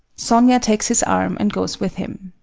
sonia takes his arm and goes with him.